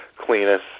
cleanest